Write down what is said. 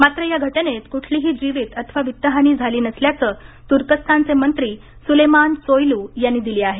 मात्र या घटनेत कुठलीही जीवित अथवा वित्तहानी झाली नसल्याचं तुर्कस्तानचे मंत्री सुलेमान सोयलू यांनी दिली आहे